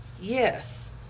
Yes